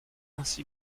ainsi